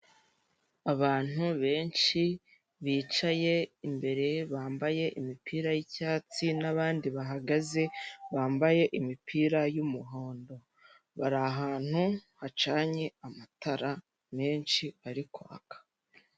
Abantu benshi bicaye imbere bambaye imipira y'icyatsi n'abandi bahagaze bambaye imipira y'umuhondo, bari ahantu hacanye amatara menshi ari kwaka.